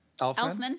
Elfman